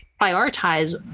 prioritize